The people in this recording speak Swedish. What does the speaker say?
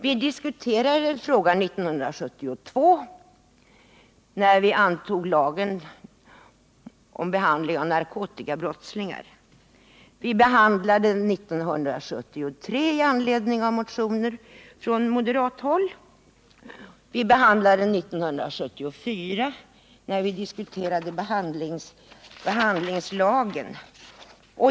Vi diskuterade frågan 1972, när vi antog lagen om behandling av narkotikabrottslingar. Vi behandlade den 1973 i anledning av motioner från moderathåll. Vi behandlade den 1974 när vi diskuterade behandlingslagen.